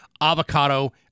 avocado